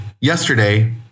Yesterday